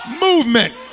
movement